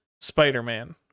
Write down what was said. spider-man